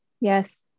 Yes